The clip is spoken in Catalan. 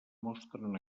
mostren